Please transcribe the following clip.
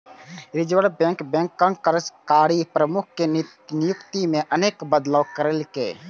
reserve bank बैंकक कार्यकारी प्रमुख के नियुक्ति मे अनेक बदलाव केलकै